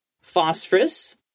phosphorus